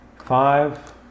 Five